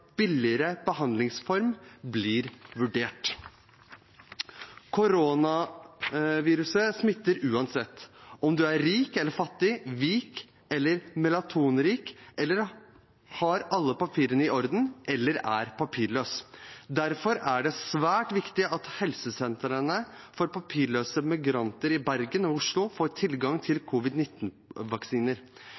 billigere behandlingsform blir vurdert. Koronaviruset smitter uansett, om en er rik eller fattig, hvit eller melatoninrik, har alle papirene i orden eller er papirløs. Derfor er det svært viktig at helsesentrene for papirløse migranter i Bergen og Oslo får tilgang til